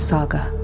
Saga